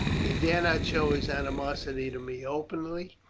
he dare not show his animosity to me openly,